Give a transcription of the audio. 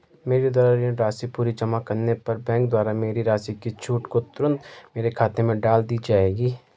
मेरे द्वारा ऋण राशि पूरी जमा करने पर बैंक द्वारा मेरी राशि की छूट को तुरन्त मेरे खाते में डाल दी जायेगी?